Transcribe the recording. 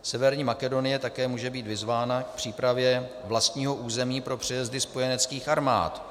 Severní Makedonie také může být vyzvána k přípravě vlastního území pro přejezdy spojeneckých armád.